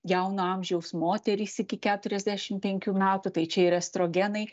jauno amžiaus moterys iki keturiasdešim penkių metų tai čia ir estrogenai